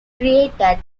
created